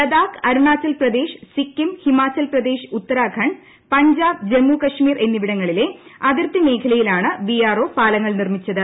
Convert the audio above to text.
ലഡാക് അരുണാചൽ പ്രദേശ് സിക്കിം ഹിമാചൽ പ്രദേശ് ഉത്തരാഖണ്ഡ് പഞ്ചാബ് ജമ്മു കാശ്മീർ എന്നിവിടങ്ങളിലെ അതിർത്തി മേഖലയിലാണ് ബി ആർ ഒ പാലങ്ങൾ നിർമ്മിച്ചത്